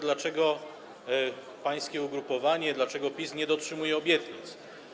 Dlaczego pańskie ugrupowanie, dlaczego PiS nie dotrzymuje obietnic?